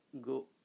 go